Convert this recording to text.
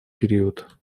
период